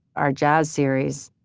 our jazz series.